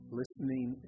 listening